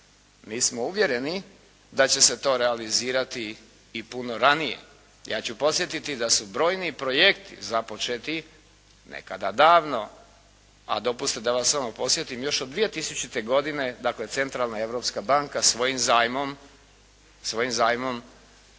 Mi smo uvjereni da će se to realizirati i puno ranije. Ja ću podsjetiti da su brojni projekti započeti nekada davno, a dopustite da vas samo podsjetim, još od 2000. godine, dakle Centralna europska banka svojim zajmom